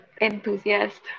enthusiast